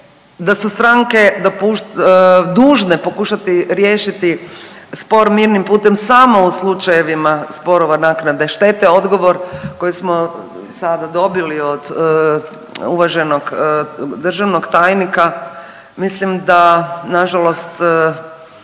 da su stranke dužne pokušati riješiti spor mirnim putem samo u slučajevima sporova naknade štete? Odgovor koji smo sada dobili od uvaženog državnog tajnika mislim da nažalost